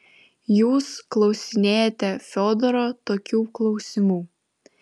jūs klausinėjate fiodoro tokių klausimų